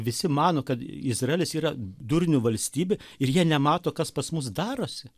visi mano kad izraelis yra durnių valstybė ir jie nemato kas pas mus darosi